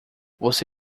você